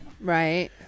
Right